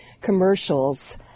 commercials